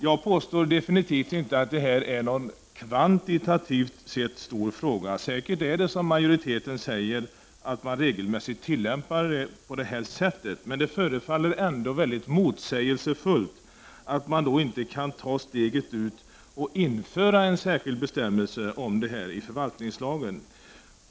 Jag påstår definitivt inte att det här är en kvantitativt sett stor fråga. Säkert är det som majoriteten säger, att man regelmässigt tillämpar denna ordning. Men det förefaller ändå motsägelsefullt att man inte kan ta steget fullt ut och införa en särskild bestämmelse om detta i förvaltningslagen.